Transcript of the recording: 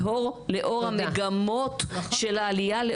לאור המגמות של העלייה,